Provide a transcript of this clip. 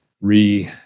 re